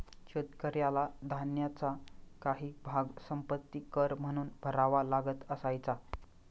शेतकऱ्याला धान्याचा काही भाग संपत्ति कर म्हणून भरावा लागत असायचा